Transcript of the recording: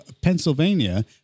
Pennsylvania